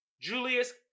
Julius